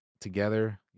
together